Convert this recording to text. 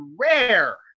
rare